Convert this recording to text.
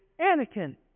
Anakin